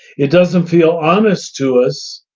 it doesn't feel honest to us,